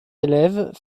élèves